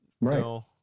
Right